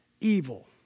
evil